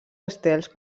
estels